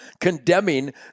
condemning